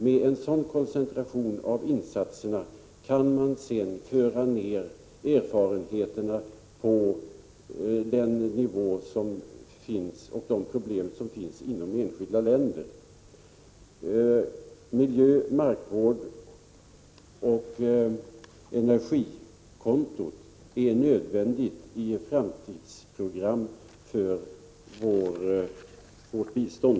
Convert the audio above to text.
Med en sådan koncentration av insatserna kan man föra ner erfarenheterna på den nivå som problemen inom de enskilda länderna kräver. Kontot för markoch miljövård och energi är nödvändigt i ett framtidsprogram för vårt bistånd.